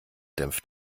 dämpft